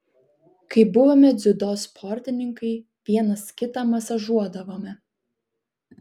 kai buvome dziudo sportininkai vienas kitą masažuodavome